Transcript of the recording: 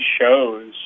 shows